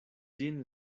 ĝin